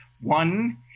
One